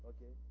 Okay